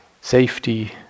safety